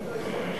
אני חייב להגיד